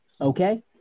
okay